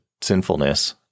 sinfulness